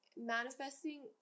manifesting